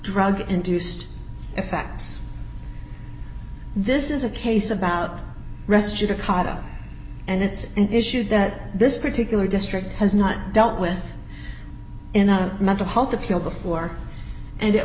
drug induced effects this is a case about rest judicata and it's an issue that this particular district has not dealt with in a mental health appeal before and it